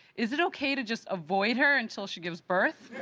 is it okay to just avoid her until she gives birth?